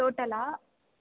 டோட்டல்லாக